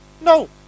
No